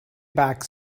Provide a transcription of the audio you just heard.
back